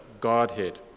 Godhead